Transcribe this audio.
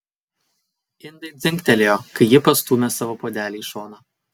indai dzingtelėjo kai ji pastūmė savo puodelį į šoną